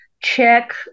check